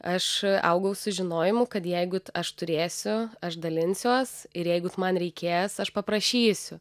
aš augau su žinojimu kad jeigu aš turėsiu aš dalinsiuos ir jeigu man reikės aš paprašysiu